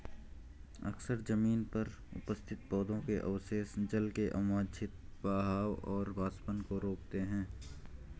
अक्सर जमीन पर उपस्थित पौधों के अवशेष जल के अवांछित बहाव और वाष्पन को रोकते हैं